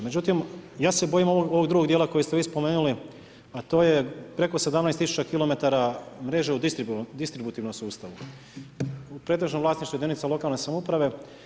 Međutim, ja se bojim ovog drugog djela koji ste vi spomenuli a to je preko 17 000 kilometara mreže u distributivnom sustavu pretežno u vlasništvu jedinica lokalne samouprave.